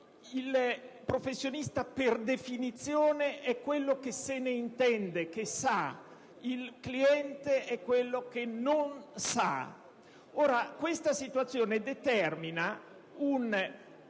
Il professionista per definizione è quello che se ne intende, che sa; il cliente, invece, non sa. Questa situazione determina in numerose